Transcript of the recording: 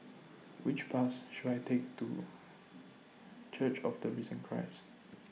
Which Bus should I Take to Church of The Risen Christ